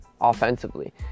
offensively